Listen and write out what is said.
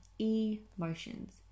emotions